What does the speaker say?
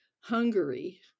Hungary